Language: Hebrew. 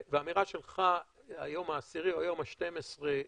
והאמירה שלך: היום העשירי או היום ה-12,